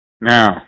now